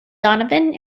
donovan